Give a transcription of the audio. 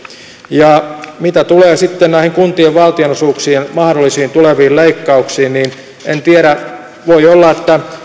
ja mitä tulee sitten näihin kuntien valtionosuuksien mahdollisiin tuleviin leikkauksiin niin en tiedä voi olla että